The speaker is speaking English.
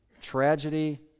Tragedy